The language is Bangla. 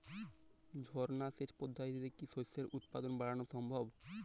ঝর্না সেচ পদ্ধতিতে কি শস্যের উৎপাদন বাড়ানো সম্ভব?